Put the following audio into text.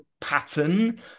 pattern